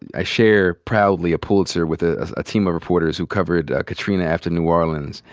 i share proudly a pulitzer with ah a team of reporters who covered katrina after new orleans.